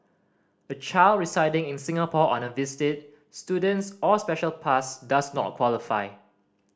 a child residing in Singapore on a visit student's or special pass does not qualify